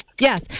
Yes